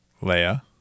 Leia